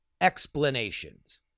explanations